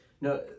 No